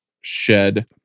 shed